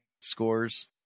scores